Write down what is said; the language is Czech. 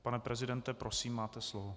Pane prezidente, prosím, máte slovo.